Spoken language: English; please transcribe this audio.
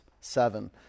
seven